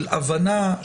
של הבנה,